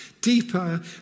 deeper